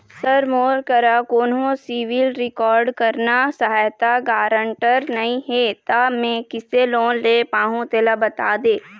sir मोर करा कोन्हो सिविल रिकॉर्ड करना सहायता गारंटर नई हे ता मे किसे लोन ले पाहुं तेला बता दे